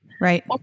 Right